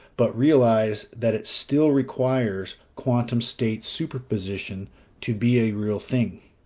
but realize that it still requires quantum state superposition to be a real thing.